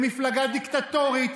למפלגה דיקטטורית,